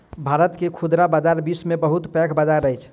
भारत के खुदरा बजार विश्व के बहुत पैघ बजार अछि